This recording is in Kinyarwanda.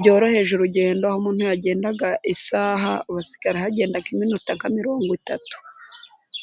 byoroheje urugendo, aho umuntu yagendaga isaha asigaye arahagenda nk' iminota nka mirongo itatu.